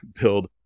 build